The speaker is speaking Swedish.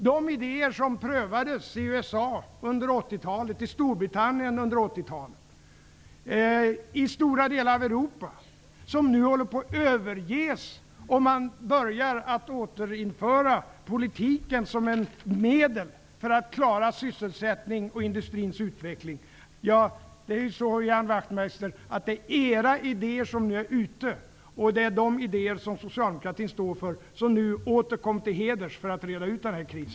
De idéer som prövades i USA, i Storbritannien och i stora delar av Europa under 80-talet håller nu på att överges. Man börjar återinföra politiken som ett medel för att klara sysselsättningen och industrins utveckling. Det är Ny demokratis idéer som är ute, Ian Wachtmeister, och de idéer som socialdemokratin står för som nu åter kommer till heders för att reda ut denna kris.